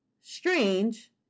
Strange